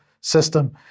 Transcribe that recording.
system